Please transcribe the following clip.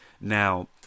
Now